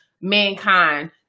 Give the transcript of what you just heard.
mankind